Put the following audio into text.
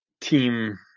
team